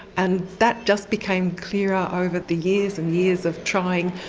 and that just became clearer over the years and years of trying.